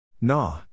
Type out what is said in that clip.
Nah